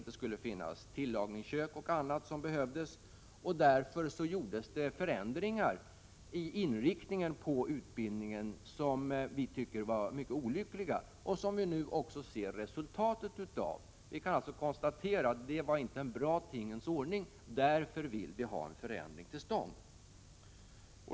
Det skulle inte finnas tillagningskök och annat som behövdes i undervisningen. Därför fick utbildningen en annan inriktning. Det tycker vi var mycket olyckligt, och nu ser vi resultatet därav. Vi kan alltså konstatera att det inte var en bra tingens ordning. Därför vill vi ha en förändring till stånd.